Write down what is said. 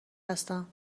هستم